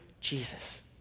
Jesus